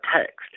text